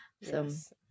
Yes